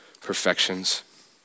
perfections